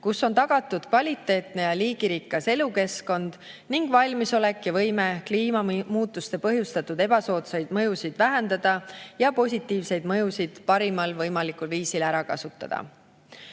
kus on tagatud kvaliteetne ja liigirikas elukeskkond ning valmisolek ja võime kliimamuutuste põhjustatud ebasoodsaid mõjusid vähendada ja positiivseid mõjusid parimal võimalikul viisil ära kasutada.